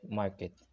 market